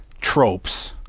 tropes